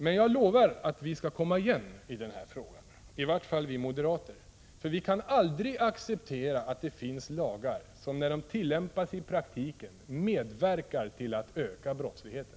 Men jag lovar att vi skall komma igen i den här frågan, i vart fall vi moderater, eftersom vi aldrig kan acceptera att det finns lagar som, när de tillämpas i praktiken, medverkar till att öka brottsligheten.